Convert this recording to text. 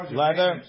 leather